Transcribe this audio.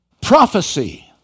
prophecy